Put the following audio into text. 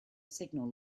signal